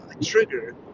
trigger